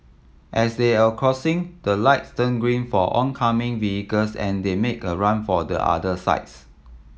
as they are crossing the lights turned green for oncoming vehicles and they make a run for the other sides